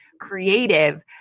creative